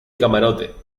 camarote